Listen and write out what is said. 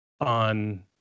on